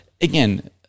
again